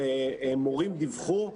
שמורים דיווחו,